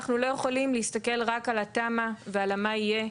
אנחנו לא יכולים להסתכל רק על התמ"א ועל המה יהיה.